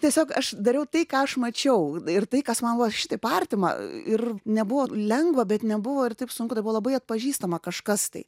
tiesiog aš dariau tai ką aš mačiau ir tai kas man buvo šitaip artima ir nebuvo lengva bet nebuvo ir taip sunku tai buvo labai atpažįstama kažkas tai